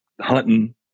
hunting